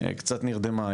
קצת נרדמה.